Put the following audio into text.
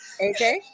AJ